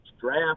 draft